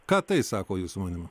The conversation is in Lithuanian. ką tai sako jūs manymu